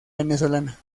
venezolana